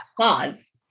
Pause